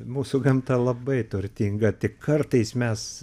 mūsų gamta labai turtinga tik kartais mes